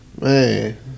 Man